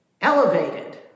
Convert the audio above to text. elevated